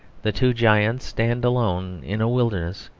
the two giants stand alone in a wilderness,